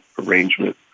arrangement